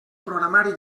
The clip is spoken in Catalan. programari